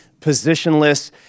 positionless